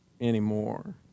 anymore